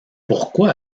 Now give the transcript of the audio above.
pourquoi